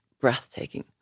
breathtaking